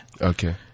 Okay